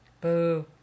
Boo